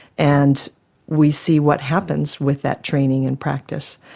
and we see what happens with that training in practice.